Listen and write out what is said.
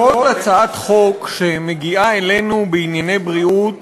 כל הצעת חוק בענייני בריאות